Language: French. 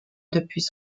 depuis